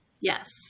Yes